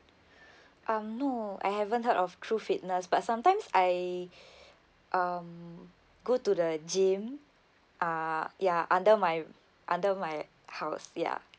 um no I haven't heard of true fitness but sometimes I um go to the gym uh ya under my under my house ya